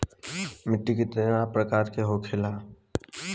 मिट्टी कितने प्रकार के होखेला?